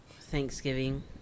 Thanksgiving